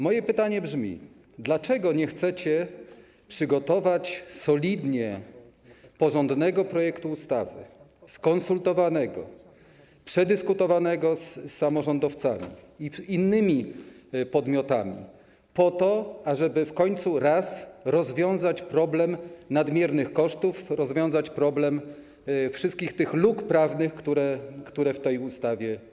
Moje pytanie brzmi: Dlaczego nie chcecie przygotować solidnie porządnego projektu ustawy, skonsultowanego, przedyskutowanego z samorządowcami i innymi podmiotami, po to ażeby w końcu raz rozwiązać problem nadmiernych kosztów, rozwiązać problem wszystkich tych luk prawnych, które są w tej ustawie?